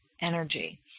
Energy